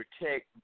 protect